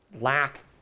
lack